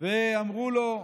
ואמרו לו: